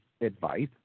advice